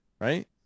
right